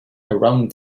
around